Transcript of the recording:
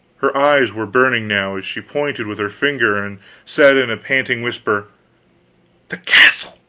her eyes were burning now, as she pointed with her finger, and said in a panting whisper the castle!